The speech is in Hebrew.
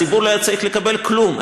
הציבור לא היה צריך לקבל כלום,